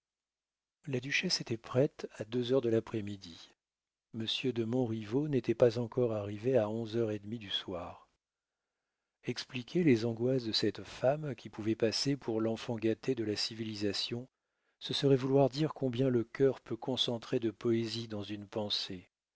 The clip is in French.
la duchesse était prête à deux heures de l'après-midi monsieur de montriveau n'était pas encore arrivé à onze heures et demie du soir expliquer les angoisses de cette femme qui pouvait passer pour l'enfant gâté de la civilisation ce serait vouloir dire combien le cœur peut concentrer de poésies dans une pensée